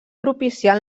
propiciar